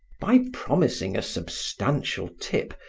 by promising a substantial tip,